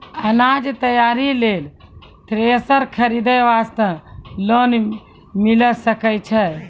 अनाज तैयारी लेल थ्रेसर खरीदे वास्ते लोन मिले सकय छै?